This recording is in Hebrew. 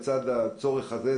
בצד הצורך הזה,